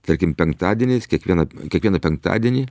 tarkim penktadieniais kiekvieną kiekvieną penktadienį